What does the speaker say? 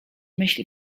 myśli